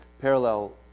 parallel